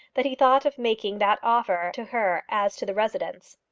that he thought of making that offer to her as to the residence.